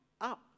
up